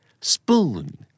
Spoon